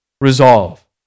resolve